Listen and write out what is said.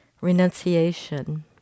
renunciation